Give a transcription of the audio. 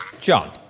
John